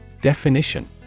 Definition